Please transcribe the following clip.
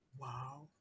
Wow